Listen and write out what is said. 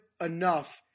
enough